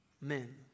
men